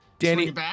Danny